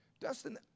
Dustin